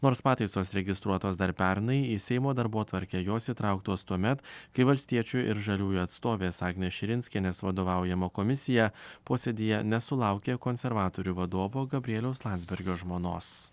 nors pataisos registruotos dar pernai į seimo darbotvarkę jos įtrauktos tuomet kai valstiečių ir žaliųjų atstovės agnės širinskienės vadovaujama komisija posėdyje nesulaukė konservatorių vadovo gabrieliaus landsbergio žmonos